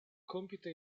compito